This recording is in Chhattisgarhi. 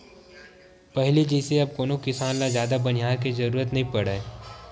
पहिली जइसे अब कोनो किसान ल जादा बनिहार के जरुरत नइ पड़य